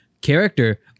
character